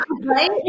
Right